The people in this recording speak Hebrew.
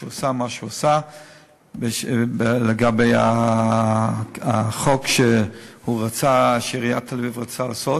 שעשה את מה שעשה לגבי החוק שעיריית תל-אביב רצתה לחוקק.